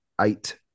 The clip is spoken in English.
eight